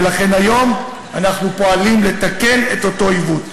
ולכן היום אנחנו פועלים לתקן את אותו עיוות.